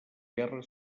guerra